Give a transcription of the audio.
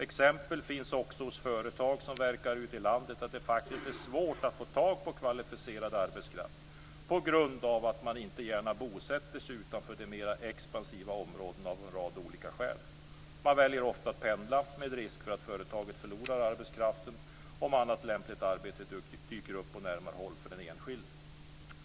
Exempel finns också hos företag som verkar ute i landet att det är svårt att få tag på kvalificerad arbetskraft på grund av att man inte gärna bosätter sig utanför de mera expansiva områdena av en rad olika skäl. Man väljer ofta att pendla med risk för att företagen förlorar arbetskraften om annat lämpligt arbete dyker upp på närmare håll för den enskilde.